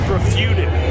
Refuted